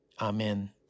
Amen